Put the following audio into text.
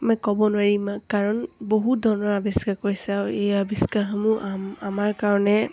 মই ক'ব নোৱাৰিম কাৰণ বহুত ধৰণৰ আৱিষ্কাৰ কৰিছে আৰু এই আৱিষ্কাৰসমূহ আম আমাৰ কাৰণে